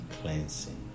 Cleansing